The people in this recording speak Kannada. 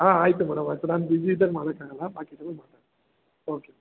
ಹಾಂ ಆಯಿತು ಮೇಡಮ್ ಆಯಿತು ನಾನು ಬಿಜಿ ಇದ್ದಾಗ ಮಾಡೋಕಾಗಲ್ಲ ಬಾಕಿ ಟೈಮಲ್ಲಿ ಮಾತಾಡ್ತೀನಿ ಓಕೆ